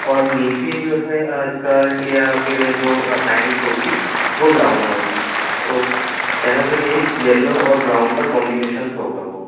اور نیچے جو ہے اسکرٹ یا پھر جو پینٹ ہوگی وہ براؤن ہوگی تو كہنے كا مطلب یہ ہے یلو اور براؤن كا كومبینیشنس سا ہوگا وہ